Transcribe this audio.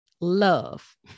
love